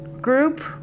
group